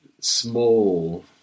small